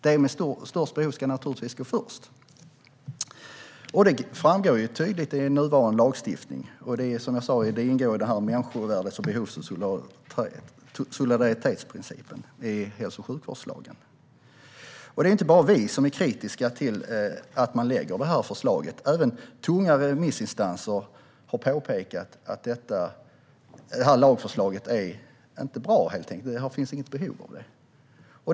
De med störst behov ska naturligtvis gå först. Det framgår tydligt i nuvarande lagstiftning, och det ingår, som jag sa, i människovärdes, behovs och solidaritetsprinciperna i hälso och sjukvårdslagen. Det är inte bara vi som är kritiska till att man lägger fram det här förslaget. Även tunga remissinstanser har påpekat att det här lagförslaget inte är bra och att det inte finns något behov av det.